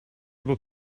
bod